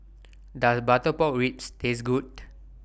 Does Butter Pork Ribs Taste Good